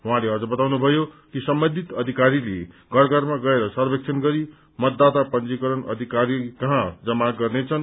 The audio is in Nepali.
उहाँले अझ बताउनुभयो कि सम्बन्धित अधिकारीले घर घरमा गएर सर्वेक्षण गरी मतदाता पंजीकरण अधिकारी जमा गर्नेछन्